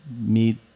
meet